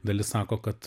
dalis sako kad